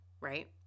right